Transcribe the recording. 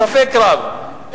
בספק רב,